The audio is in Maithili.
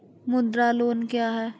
मुद्रा लोन क्या हैं?